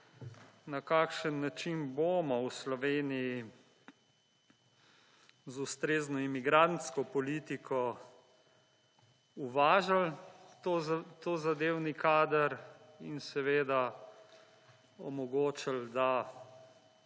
na kakšen način bomo v Sloveniji z ustrezno emigrantsko politiko uvažali ta zadevni kader in omogočili, da